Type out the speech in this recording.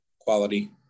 quality